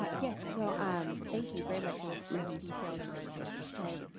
ah yes so um thank you very much. it was quite detailed and i